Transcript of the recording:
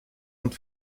und